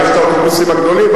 יש האוטובוסים הגדולים,